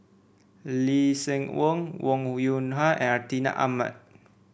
Lee Seng Wong Wong Yoon Wah and Hartinah Ahmad